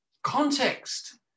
Context